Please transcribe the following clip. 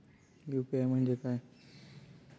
UPI म्हणजे काय?